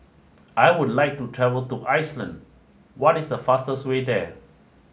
I would like to travel to Iceland what is the fastest way there